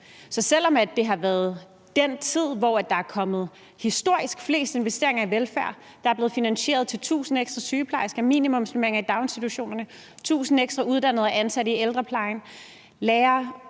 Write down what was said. Så selv om det har været den tid, hvor der er kommet historisk flest investeringer i velfærd – der er blevet finansieret til 1.000 ekstra sygeplejersker, minimumsnormeringer i daginstitutionerne, 1.000 ekstra uddannede og ansatte i ældreplejen, lærere,